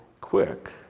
quick